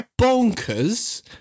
bonkers